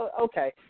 okay